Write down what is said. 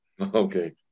Okay